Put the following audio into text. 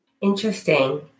Interesting